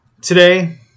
today